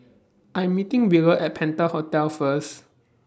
I'm meeting Wheeler At Penta Hotel First